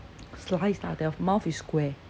sliced lah their mouth is square